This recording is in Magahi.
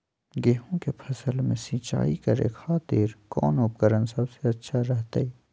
गेहूं के फसल में सिंचाई करे खातिर कौन उपकरण सबसे अच्छा रहतय?